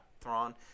Thrawn